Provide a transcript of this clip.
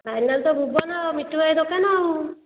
final ତ ଭୁବନ ମିଟୁ ଭାଇ ଦୋକାନ ଆଉ